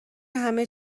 همه